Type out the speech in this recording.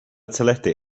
teledu